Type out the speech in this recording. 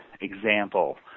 example